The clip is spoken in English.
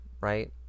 right